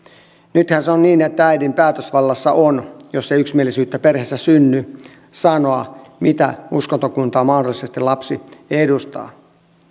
nythän se on niin että äidin päätösvallassa on sanoa jos ei yksimielisyyttä perheessä synny mitä uskontokuntaa mahdollisesti lapsi edustaa